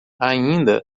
ainda